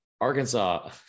Arkansas